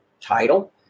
title